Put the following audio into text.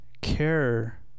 care